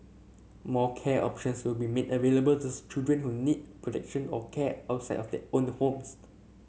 more care options will be made available to children who need protection or care outside of their own the homes